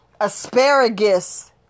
asparagus